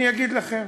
אני אגיד לכם.